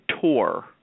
tour